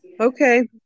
Okay